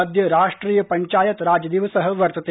अद्य राष्ट्रिय पञ्चायत राज दिवसः वर्तते